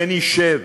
ונשב